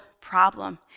problem